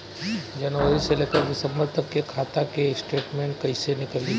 जनवरी से लेकर दिसंबर तक के खाता के स्टेटमेंट कइसे निकलि?